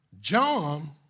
John